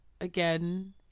again